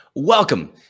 Welcome